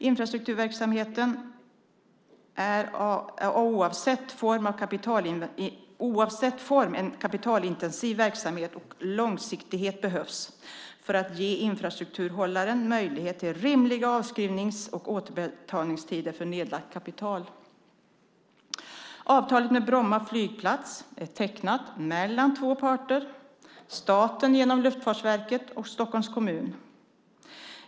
Infrastrukturverksamhet är oavsett form en kapitalintensiv verksamhet, och långsiktighet behövs för att ge infrastrukturhållaren möjlighet till rimliga avskrivnings och återbetalningstider för nedlagt kapital. Avtalet om Bromma flygplats är tecknat mellan två parter, nämligen staten genom Luftfartsverket och Stockholms kommun.